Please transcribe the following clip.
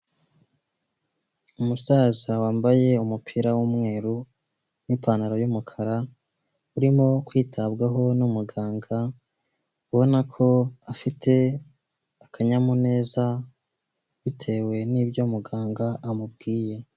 Umusaza wambaye umupira w'umweru n'ipantaro y'umukara urimo kwitabwaho n'umuganga ubona ko afite akanyamuneza bitewe n'ibyo muganga amubwiye.